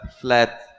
flat